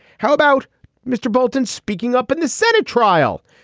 how about mr. bolton speaking up in the senate trial?